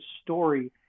story